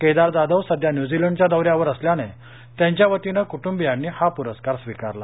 केदार जाधव सध्या न्यूझिलंडच्या दौऱ्यावर असल्याने त्याच्या वतीनं कुटुबीयांनी हा पुरस्कार स्वीकारला